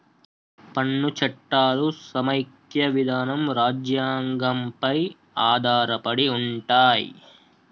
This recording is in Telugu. పన్ను చట్టాలు సమైక్య విధానం రాజ్యాంగం పై ఆధారపడి ఉంటయ్